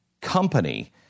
company